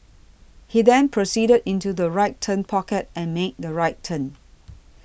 he then proceeded into the right turn pocket and made the right turn